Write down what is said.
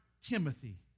Timothy